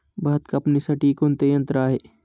भात कापणीसाठी कोणते यंत्र आहे?